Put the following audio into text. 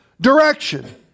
direction